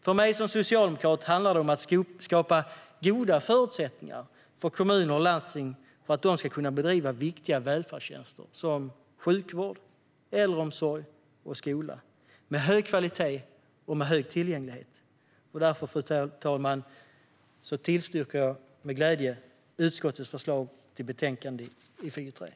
För mig som socialdemokrat handlar det om att skapa goda förutsättningar för att kommuner och landsting ska kunna bedriva viktiga välfärdstjänster som sjukvård, äldreomsorg och skola - med hög kvalitet och hög tillgänglighet. Därför, fru talman, tillstyrker jag med glädje utskottets förslag i betänkande FiU3.